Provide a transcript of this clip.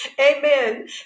Amen